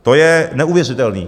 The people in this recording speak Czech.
To je neuvěřitelné.